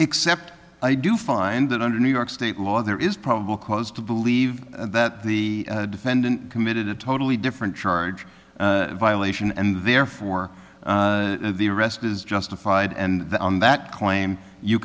except i do find that under new york state law there is probable cause to believe that the defendant committed a totally different charge violation and therefore the arrest is justified and the on that claim you